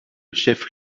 chef